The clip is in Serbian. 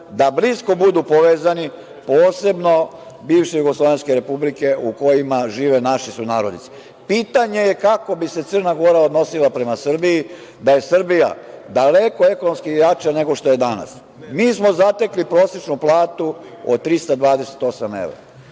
da blisko budu povezani, posebno bivše jugoslovenske republike u kojima žive naši sunarodnici. Pitanje je kako bi se Crna Gora odnosila prema Srbiji da je Srbija daleko ekonomski jača nego što je danas. Mi smo zatekli prosečnu platu od 328 evra.